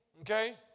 okay